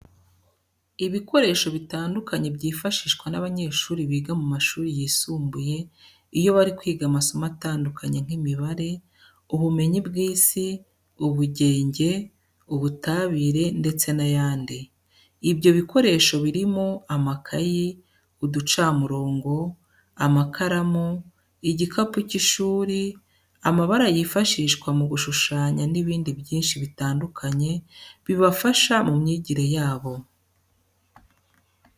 Ibikoresho bitandukanye byifashishwa n'abanyeshuri biga mu mashuri yisimbuye iyo bari kwiga amasomo atandukanye nk'imibare, ubumenyi bw'Isi, ubugenge, uibutabire ndetse n'ayandi. Ibyo bikoresho birimo amakayi, uducamurongo. amakaramu, igikapu cy'ishuri, amabara yifashishwa mu gushushanya n'ibindi byinshi bitandukanye bibafasha mu myigire yabo.